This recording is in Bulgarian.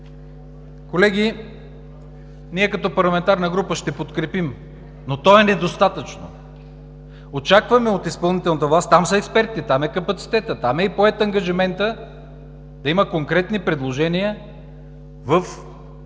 Колеги, ние като парламентарна група ще подкрепим, но то е недостатъчно! Очакваме от изпълнителната власт – там са експертите, там е капацитетът, там е поет и ангажиментът да има конкретни предложения в